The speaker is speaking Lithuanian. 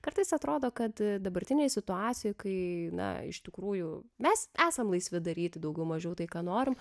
kartais atrodo kad dabartinėj situacijoj kai na iš tikrųjų mes esam laisvi daryti daugiau mažiau tai ką norim